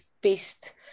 faced